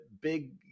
big